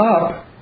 up